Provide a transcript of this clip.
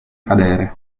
cadere